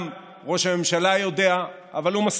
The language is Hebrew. גם ראש הממשלה יודע, אבל הוא מסתיר.